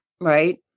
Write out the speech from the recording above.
right